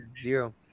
zero